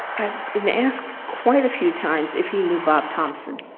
i've been asked quite a few times if he knew bob thompson,